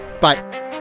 Bye